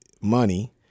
money